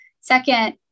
Second